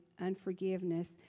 unforgiveness